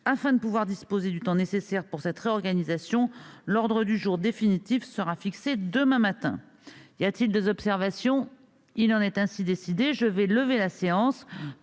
Afin de pouvoir disposer du temps nécessaire pour cette réorganisation, l'ordre du jour définitif sera fixé demain matin. Y a-t-il des observations ?... Il en est ainsi décidé. Voici quel sera